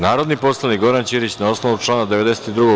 Narodni poslanik Goran Ćirić, na osnovu člana 92.